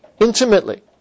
intimately